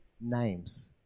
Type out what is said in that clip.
names